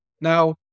Now